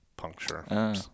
puncture